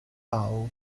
joão